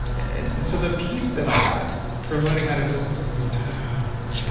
and and so the piece that i got for learning how to just like breathe out.